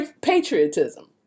patriotism